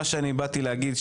מה שאני באתי להגיד,